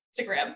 Instagram